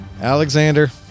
Alexander